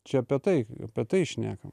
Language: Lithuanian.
čia apie tai apie tai šnekam